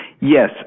Yes